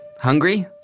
Hungry